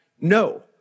no